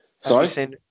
Sorry